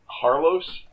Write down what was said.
Carlos